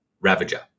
ravager